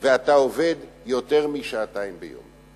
ואתה עובד יותר משעתיים ביום.